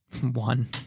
One